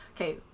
okay